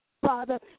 Father